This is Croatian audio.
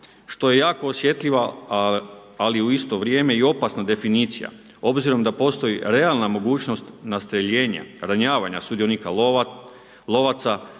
što je jako osjetljiva, ali i u isto vrijeme i opasna definicija, obzirom da postoji realna mogućnost nastreljenja, ranjavanja sudionika lovaca,